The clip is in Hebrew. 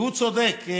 והוא צודק.